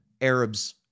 Arabs